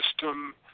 system